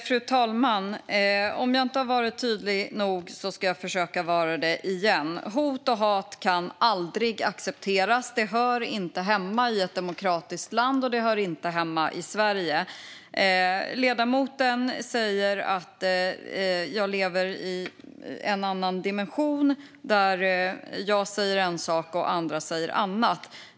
Fru talman! Om jag inte redan har varit tydlig nog ska jag försöka vara det nu. Hot och hat kan aldrig accepteras. Det hör inte hemma i ett demokratiskt land, och det hör inte hemma i Sverige. Ledamoten säger att jag lever i en annan dimension där jag säger en sak och andra säger annat.